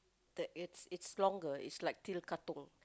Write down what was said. the it's it's longer it's like till Katong